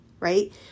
right